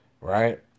right